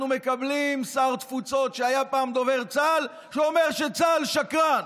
אנחנו מקבלים שר תפוצות שהיה פעם דובר צה"ל שאומר שצה"ל שקרן.